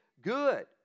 good